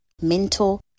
mental